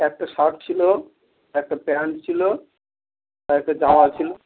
একটা শার্ট ছিলো একটা প্যান্ট ছিলো আর একটা জামা ছিলো